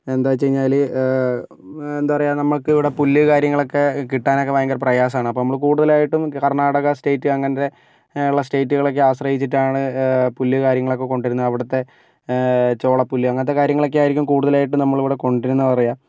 എന്താ വെച്ച് കഴിഞ്ഞാൽ എന്താ പറയുക നമ്മൾക്ക് ഇവിടെ പുല്ല് കാര്യങ്ങളൊക്കെ കിട്ടനൊക്കെ ഭയങ്കര പ്രയാസമാണ് അപ്പോൾ നമ്മൾ കൂടുതലായിട്ടും കര്ണാടക സ്റ്റേറ്റ് അങ്ങനത്തെ ഉള്ള സ്റ്റേറ്റുകളൊക്കെ ആശ്രയിച്ചിട്ടാണ് പുല്ല് കാര്യങ്ങളൊക്കെ കൊണ്ടു വരുന്നത് അവിടത്തെ ചോളപ്പുല്ല് അങ്ങനത്തെ കാര്യങ്ങളൊക്കെ ആയിരിക്കും കൂടുതലായിട്ടും നമ്മളിവിടെ കൊണ്ടു വരുന്നേ പറയാം